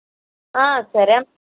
సరే అమ్మా